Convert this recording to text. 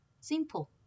Simple